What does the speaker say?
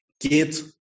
get